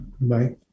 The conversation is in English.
Bye